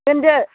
दोनदो